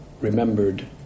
remembered